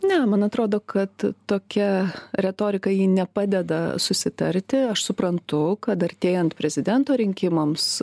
ne man atrodo kad tokia retorika ji nepadeda susitarti aš suprantu kad artėjant prezidento rinkimams